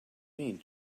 mean